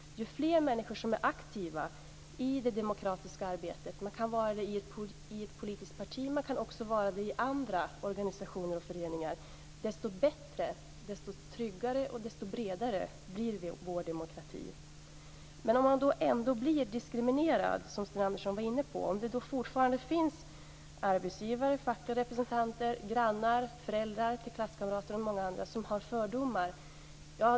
Ju fler människor som är aktiva i det demokratiska arbetet - de kan vara det i ett politiskt parti, men också i andra organisationer och föreningar - desto bättre, desto tryggare och desto bredare blir vår demokrati. Men man kan ändå bli diskriminerad, som Sten Andersson var inne på. Det finns fortfarande arbetsgivare, fackliga representanter, grannar, föräldrar till klasskamrater och många andra som har fördomar.